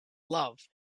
love